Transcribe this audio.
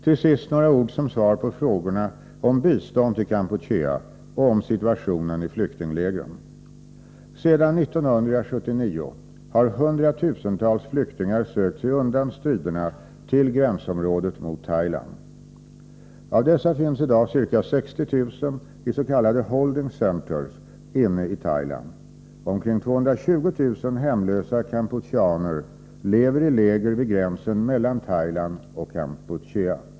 Till sist några ord som svar på frågorna om bistånd till Kampuchea och om situationen i flyktinglägren. Sedan 1979 har hundratusentals flyktingar sökt sig undan striderna till gränsområdet mot Thailand. Av dessa finns i dag ca 60 000 i s.k. holding centers inne i Thailand. Omkring 220 000 hemlösa kampucheaner lever i läger vid gränsen mellan Thailand och Kampuchea.